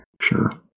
Sure